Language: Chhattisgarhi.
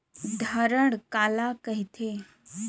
धरण काला कहिथे?